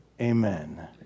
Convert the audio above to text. amen